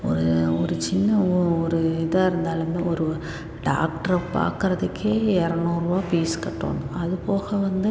ஒரு ஒரு சின்ன ஒ ஒரு இதாக இருந்தாலுமே ஒரு ஒரு டாக்டர பார்க்கறதுக்கே எரநூர்ரூபா ஃபீஸ் கட்டணும் அது போக வந்து